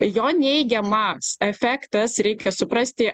jo neigiamas efektas reikia suprasti